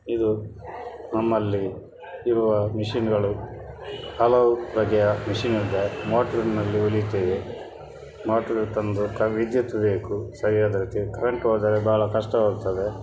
ಇದು ನಮ್ಮಲ್ಲಿ ಇರುವ ಮಿಷಿನ್ಗಳು ಹಲವು ಬಗೆಯ ಮಿಷಿನ್ನಿದೆ ಮೋಟ್ರಿನಲ್ಲಿ ಹೊಲಿತೇವೆ ಮೋಟ್ರು ತಂದು ವಿದ್ಯುತ್ ಬೇಕು ಸರಿಯಾದ ರೀತಿಯ ಕರೆಂಟ್ ಹೋದರೆ ಭಾಳ ಕಷ್ಟವಾಗ್ತದೆ